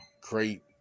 Great